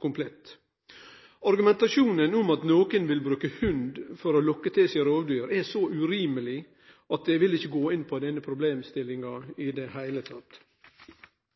komplett. Argumentasjonen om at nokon vil bruke hund for å lokke til seg rovdyr, er så urimeleg at eg vil ikkje gå inn på den problemstillinga i det heile.